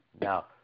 Now